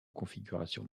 configuration